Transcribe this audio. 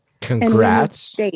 Congrats